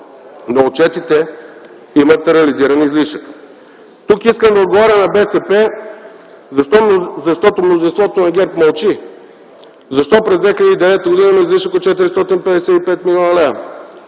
но отчетите имат реализиран излишък. Тук искам да отговоря на БСП, защото мнозинството на ГЕРБ мълчи. Защо през 2009 г. има излишък от 455 млн. лв.?